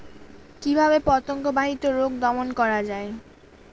কিভাবে পতঙ্গ বাহিত রোগ দমন করা যায়?